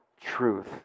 truth